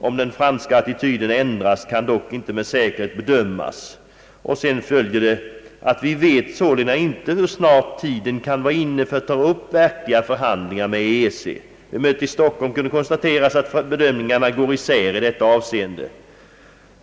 Om den franska attityden ändrats kan dock inte med säkerhet bedömas.» Därefter fortsätter man: » Vi vet sålunda inte hur snart tiden kan vara inne för att ta upp verkliga förhandlingar med EEC. Vid mötet i Stockholm kunde konstateras, att bedömningarna går isär i detta avseende.